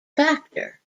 factor